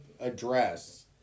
address